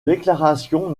déclaration